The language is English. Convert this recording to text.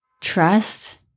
trust